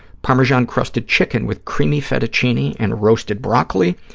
parmesan-crusted chicken with creamy fettuccini and roasted broccoli.